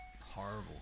horrible